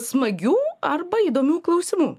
smagių arba įdomių klausimų